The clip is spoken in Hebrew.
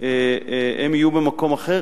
הם יהיו במקום אחר.